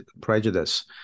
prejudice